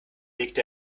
legte